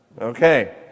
Okay